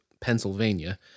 Pennsylvania